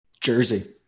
Jersey